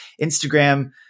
Instagram